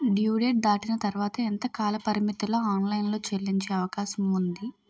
Due date దాటిన తర్వాత ఎంత కాలపరిమితిలో ఆన్ లైన్ లో చెల్లించే అవకాశం వుంది?